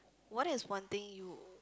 what is one thing you